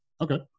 Okay